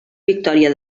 victòria